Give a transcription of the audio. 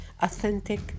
authentic